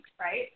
right